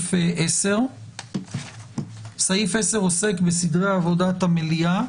בסעיף 10. הוא עוסק בסדרי עבודת המליאה.